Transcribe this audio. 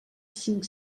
cinc